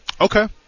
Okay